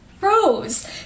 rose